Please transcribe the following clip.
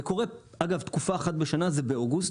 זה קורה תקופה אחת בשנה באוגוסט,